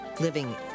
Living